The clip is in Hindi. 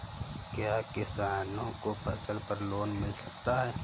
क्या किसानों को फसल पर लोन मिल सकता है?